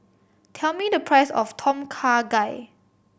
tell me the price of Tom Kha Gai